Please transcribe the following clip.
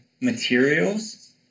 materials